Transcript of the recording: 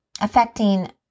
affecting